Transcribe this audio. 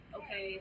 okay